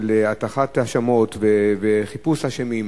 של הטחת האשמות וחיפוש אשמים,